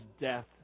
death